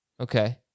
Okay